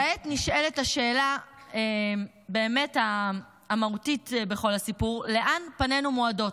כעת נשאלת השאלה המהותית באמת בכל הסיפור: לאן פנינו מועדות?